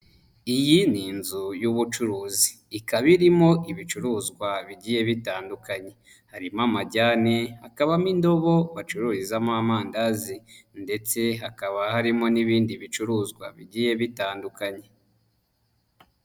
Iyi ni inzu y'ubucuruzi. Ikaba irimo ibicuruzwa bigiye bitandukanye. Harimo amajyani, hakabamo indobo bacururizamo amandazi ndetse hakaba harimo n'ibindi bicuruzwa bigiye bitandukanye.